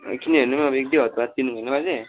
किन्यो भने पनि अब एक दुई हप्ताबाद किनौँ होइन बाजे